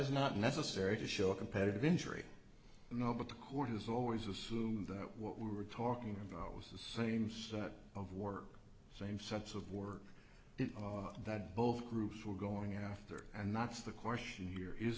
is not necessary to show competitive injury no but the court has always assumed that what we were talking about was the same sort of work same sorts of work that both groups were going after and nots the question here is